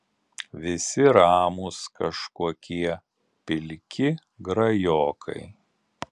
visi ramūs kažkokie pilki grajokai